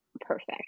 perfect